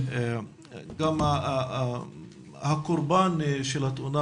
גם הקורבן של התאונה,